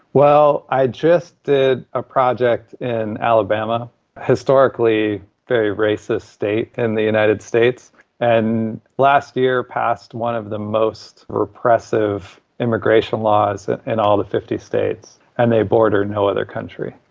well i just did a project in alabama historically very racist state in and the united states and last year, passed one of the most repressive immigration laws in all the fifty states and they border no other country.